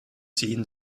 ziehen